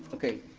okay,